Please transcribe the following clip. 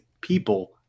people